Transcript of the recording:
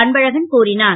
அன்பழகம் கூறினார்